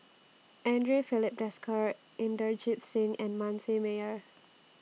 Andre Filipe Desker Inderjit Singh and Manasseh Meyer